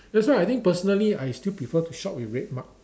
that's why I think personally I still prefer to shop with RedMart